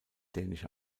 dänische